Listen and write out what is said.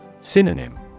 Synonym